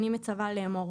אני מצווה לאמור: